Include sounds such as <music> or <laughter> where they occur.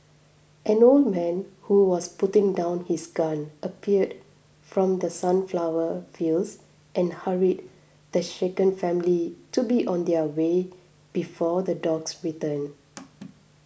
an old man who was putting down his gun appeared from the sunflower fields and hurried the shaken family to be on their way before the dogs return <noise>